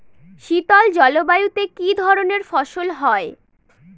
শীতল জলবায়ুতে কি ধরনের ফসল হয়?